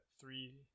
three